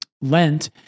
Lent